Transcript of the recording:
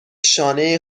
شانه